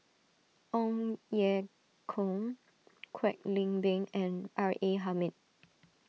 Ong Ye Kung Kwek Leng Beng and R A Hamid